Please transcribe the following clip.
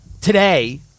Today